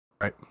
Right